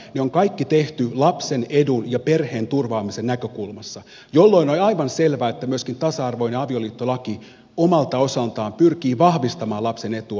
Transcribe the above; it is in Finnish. ne on kaikki tehty lapsen edun ja perheen turvaamisen näkökulmasta jolloin on aivan selvää että myöskin tasa arvoinen avioliittolaki omalta osaltaan pyrkii vahvistamaan lapsen etua